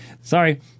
Sorry